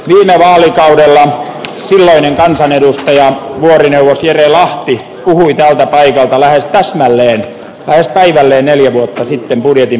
meillä on sellainen hallitus vielä suomi on ideoita joita lähes täsmälleen lähes päivälleen neljä vuotta sitten budjetin